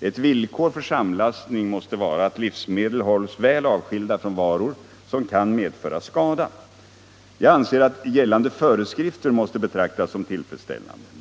Ett villkor för samlastning måste vara att livsmedel hålls väl avskilda från varor som kan medföra skada. Jag anser att gällande föreskrifter måste betraktas som tillfredsställande.